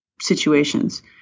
situations